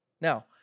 Now